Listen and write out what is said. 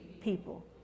people